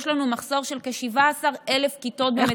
יש לנו מחסור של כ-17,000 כיתות במדינת ישראל.